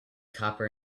copper